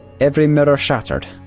every mirror shattered,